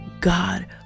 God